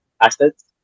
assets